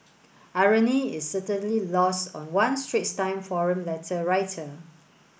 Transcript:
irony is certainly lost on one Straits Times forum letter writer